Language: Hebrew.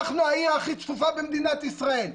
אנחנו העיר הכי צפופה במדינת ישראל.